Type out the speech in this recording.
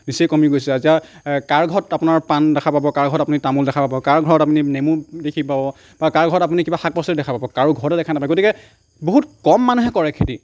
নিচেই কমি গৈছে এতিয়া কাৰ ঘৰত আপোনাৰ পাণ দেখা পাব কাৰ ঘৰত আপুনি তামোল দেখা পাব কাৰ ঘৰত আপুনি নেমু দেখি পাব বা কাৰ ঘৰত আপুনি কিবা শাক পাচলি দেখা পাব কাৰো ঘৰতে দেখা নাপাই গতিকে বহুত কম মানুহে কৰে খেতি